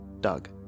Doug